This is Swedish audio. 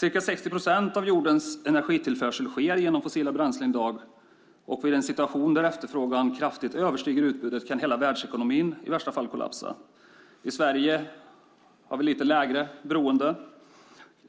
Ca 60 procent av jordens energitillförsel sker i dag i form av fossila bränslen. I en situation där efterfrågan kraftigt överstiger utbudet kan hela världsekonomin i värsta fall kollapsa. I Sverige har vi lite lägre beroende.